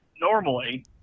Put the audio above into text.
normally